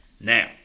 Now